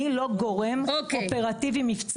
אני לא גורם אופרטיבי-מבצעי,